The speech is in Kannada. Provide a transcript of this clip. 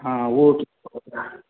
ಹಾಂ ಓಕೆ